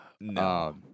No